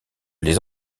les